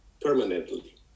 permanently